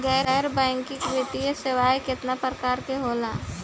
गैर बैंकिंग वित्तीय सेवाओं केतना प्रकार के होला?